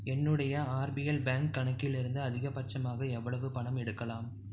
என்னுடைய RBL bank கணக்கில் இருந்து அதிகபட்சமாக எவ்வளவு பணம் எடுக்கலாம்